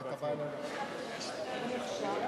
תודה.